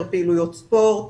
יותר פעילויות ספורט